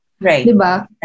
Right